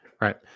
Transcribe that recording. Right